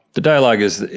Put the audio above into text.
the dialogue is,